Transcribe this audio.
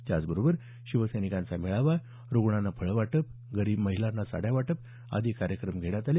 त्याचबरोबर शिवसैनिकांचा मेळावा रूग्णांना फळंवाटप गरीब महिलांना साड्या वाटप आदी कार्यक्रम घेण्यात आले